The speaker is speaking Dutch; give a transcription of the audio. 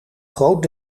groot